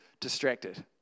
distracted